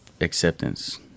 acceptance